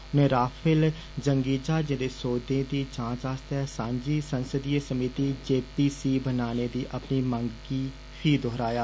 उनें राफेल जंगी जाहजे दे सौके दी जांच आस्तै सांझी संसदीय समिति जे पी सी बनाने दी अपने मंग गी फही दोहराया